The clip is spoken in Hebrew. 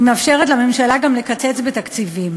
היא מאפשרת לממשלה גם לקצץ בתקציבים.